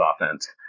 offense